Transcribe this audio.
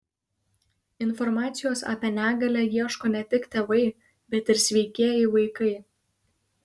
informacijos apie negalią ieško ne tik tėvai bet ir sveikieji vaikai